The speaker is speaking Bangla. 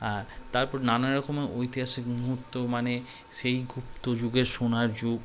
আর তারপর নানারকমের ঐতিহাসিক মুহূর্ত মানে সেই গুপ্ত যুগের সোনার যুগ